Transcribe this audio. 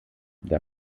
der